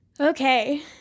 Okay